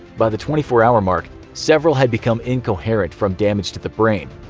by the twenty four hour mark, several had become incoherent from damage to the brain.